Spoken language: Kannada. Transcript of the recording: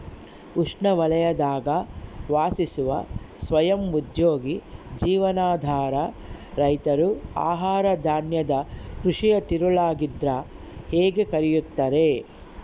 ಉಷ್ಣವಲಯದಾಗ ವಾಸಿಸುವ ಸ್ವಯಂ ಉದ್ಯೋಗಿ ಜೀವನಾಧಾರ ರೈತರು ಆಹಾರಧಾನ್ಯದ ಕೃಷಿಯ ತಿರುಳಾಗಿದ್ರ ಹೇಗೆ ಕರೆಯುತ್ತಾರೆ